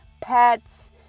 pets